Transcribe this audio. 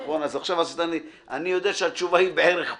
עכשיו כאילו אמרת: "אני יודע שהתשובה היא בערך פה".